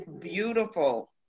beautiful